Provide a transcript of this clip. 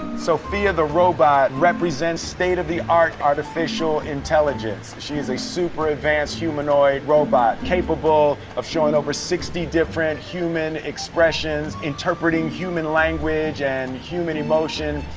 sophia the robot represents state of the art artificial intelligence. she is a super advanced humanoid robot capable of showing over sixty different human expressions, interpreting human language and human emotion.